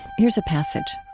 here's a passage